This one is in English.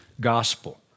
gospel